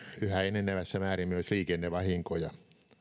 enenevässä määrin myös liikennevahinkoja